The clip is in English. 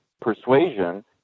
persuasion –